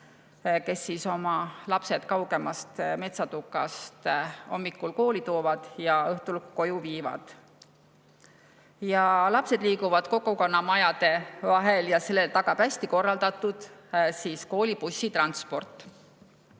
kes oma lapsed kaugemast metsatukast hommikul kooli toovad ja õhtul koju viivad. Lapsed liiguvad kogukonnamajade vahel ja selle tagab hästi korraldatud koolibussitransport.